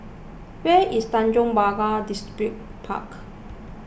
where is Tanjong Pagar Distripark